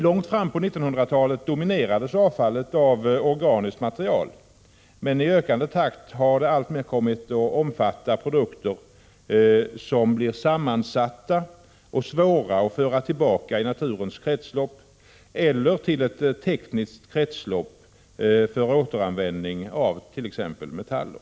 Långt fram på 1900-talet dominerades avfallet av organiskt material, men i ökande takt har det kommit att alltmer omfatta produkter som blir sammansatta och svåra att föra tillbaka i naturens kretslopp eller till ett tekniskt kretslopp för återanvändning av t.ex. metaller.